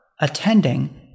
attending